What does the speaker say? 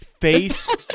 Face